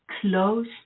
close